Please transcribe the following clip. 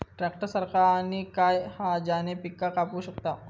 Tractor सारखा आणि काय हा ज्याने पीका कापू शकताव?